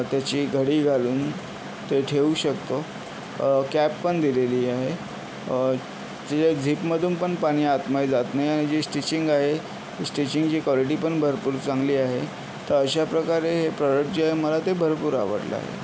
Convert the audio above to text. त्याची घडी घालून ते ठेवू शकतो कॅप पण दिलेली आहे त्याच्या झिपमधून पण पाणी आतमध्ये जात नाही आणि जी स्टिचिंग आहे स्टिचिंगची क्वालिटी पण भरपूर चांगली आहे तर अश्या प्रकारे हे प्रॉडक्ट जे आहे ते मला भरपूर आवडलं आहे